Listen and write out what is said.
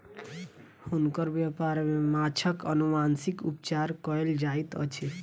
हुनकर व्यापार में माँछक अनुवांशिक उपचार कयल जाइत अछि